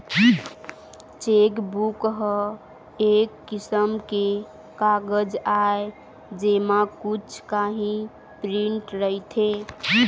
chequebook ह एक किसम के कागज आय जेमा कुछ काही प्रिंट रहिथे